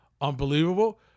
Unbelievable